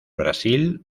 brasil